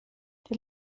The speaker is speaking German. die